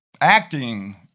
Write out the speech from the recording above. acting